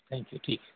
thank you ٹھیک ہے